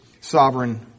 sovereign